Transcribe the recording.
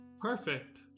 Perfect